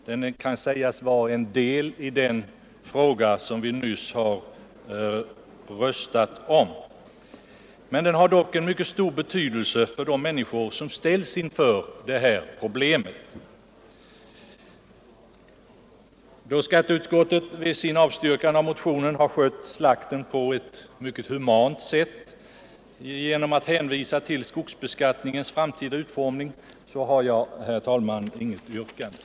Den kan sägas vara en del i den fråga som vi nyss har röstat om. Men den har dock mycket stor betydelse för de människor som ställs inför det här problemet. Då skatteutskottet vid sin avstyrkan av motionen har skött slakten på ett mycket humant sätt genom att hänvisa till skogsbeskattningens framtida utformning så har jag, herr talman, inget yrkande.